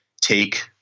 take